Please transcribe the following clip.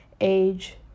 age